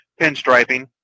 pinstriping